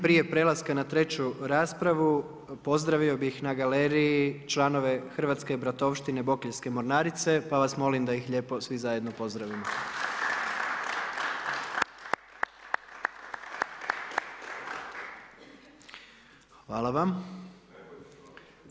Prije prelaska na treću raspravu pozdravio bih na galeriji članove Hrvatske bratovštine Bokeljske mornarice pa vas molim da ih lijepo svi zajedno pozdravimo. Hvala vam.